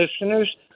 listeners